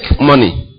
money